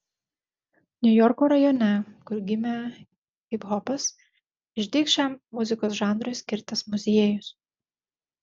niujorko rajone kur gimė hiphopas išdygs šiam muzikos žanrui skirtas muziejus